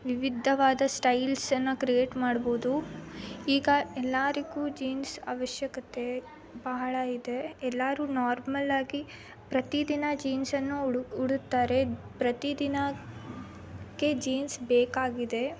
ವಿವಿಧವಾದ ಸ್ಟೈಲ್ಸನ್ನು ಕ್ರಿಯೇಟ್ ಮಾಡ್ಬೋದು ಈಗ ಎಲ್ಲರಿಗೂ ಜೀನ್ಸ್ ಅವಶ್ಯಕತೆ ಬಹಳ ಇದೆ ಎಲ್ಲರೂ ನಾರ್ಮಲ್ಲಾಗಿ ಪ್ರತಿದಿನ ಜೀನ್ಶನ್ನು ಉಡು ಉಡುತ್ತಾರೆ ಪ್ರತಿದಿನಕ್ಕೆ ಜೀನ್ಸ್ ಬೇಕಾಗಿದೆ